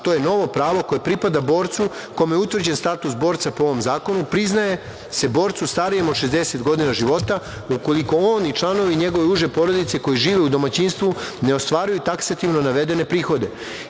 a to je novo pravo koje pripada borcu, kome je utvrđen status borca po ovom zakonu, priznaje se borcu starijem od 60 godina života ukoliko on i članovi njegove uže porodice koji žive u domaćinstvu ne ostvaruju taksativno navedene prihoda. Iznos